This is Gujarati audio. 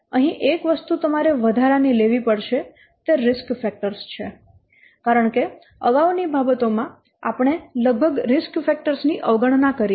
અહીં એક વસ્તુ તમારે વધારાની લેવી પડશે તે રિસ્ક ફેક્ટર્સ છે કારણ કે અગાઉની બાબતોમાં આપણે લગભગ રિસ્ક ફેક્ટર્સ ની અવગણના કરી છે